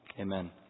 Amen